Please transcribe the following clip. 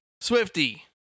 Swifty